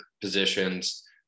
positions